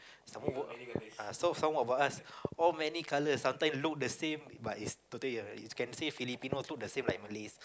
some more work ah so some of us all many colors sometimes look the same but is totally different is can say Filipinos look the same like Malays